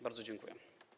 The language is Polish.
Bardzo dziękuję.